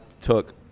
took